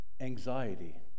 anxiety